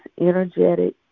energetic